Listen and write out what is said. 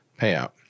payout